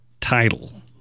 title